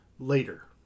Later